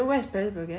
second floor